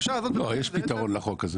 יש פתרון לחוק הזה